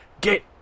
Get